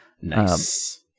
Nice